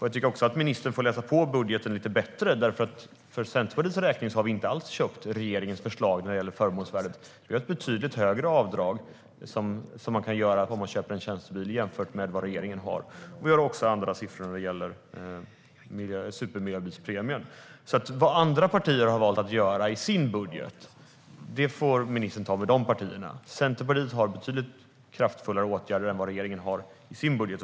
Jag tycker att ministern ska läsa på budgeten lite bättre. Centerpartiet har nämligen inte alls köpt regeringens förslag när det gäller förmånsvärdet. Vi vill ha ett betydligt högre avdrag än regeringen för dem som köper en tjänstebil. Vi har också andra siffror när det gäller supermiljöbilspremien. Vad andra partier har valt att göra i sina budgetar får ministern ta med dessa partier. Centerpartiet har betydligt kraftfullare åtgärder än vad regeringen har i sin budget.